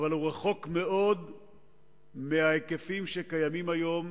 אבל הוא רחוק מאוד מההיקפים הקיימים היום,